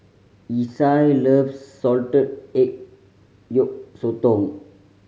Isai loves salted egg yolk sotong